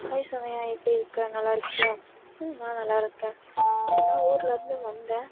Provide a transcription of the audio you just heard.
hi Sumaiya எப்படி இருக்க நல்லா இருக்கியா ம் நான் நல்லா இருக்கேன் இப்போ தான் ஊருலேருந்து வந்தேன்